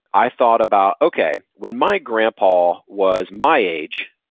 i thought about, okay, when my grandpa was my age,